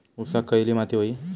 ऊसाक खयली माती व्हयी?